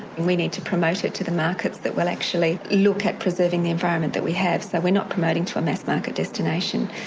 we need to promote it to the markets that will actually look at preserving the environment that we have, so we're not promoting to a mass market destination.